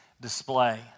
display